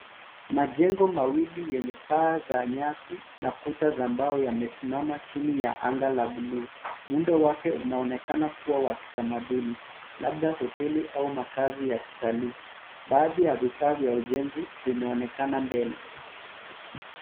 Majengo mawili yenye paa za nyasi na kuta za mbao yamesimama chini ya anga la buluu. Muundo wake unaonekana kuwa wa kitamaduni labda hoteli au makazi ya utalii. Baadhi ya vifaa vya ujenzi vimeonekana mbele.